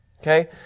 okay